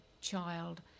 child